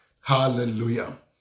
Hallelujah